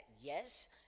yes